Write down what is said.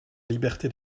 liberté